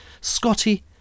Scotty